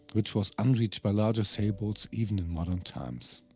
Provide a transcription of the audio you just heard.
which was unreached by larger sailboats even in modern times.